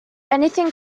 anything